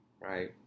right